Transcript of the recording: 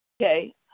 Okay